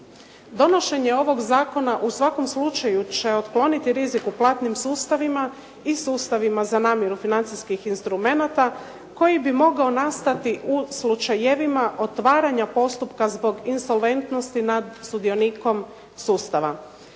Donošenje ovog zakona u svakom slučaju će otkloniti rizik u platnim sustavima i sustavima za namiru financijskih instrumenata koji bi mogao nastati u slučajevima otvaranja postupka zbog insolventnosti nad sudionikom sustava.